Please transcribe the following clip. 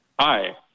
Hi